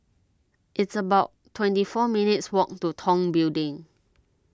it's about twenty four minutes' walk to Tong Building